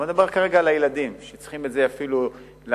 מדובר כרגע על הילדים,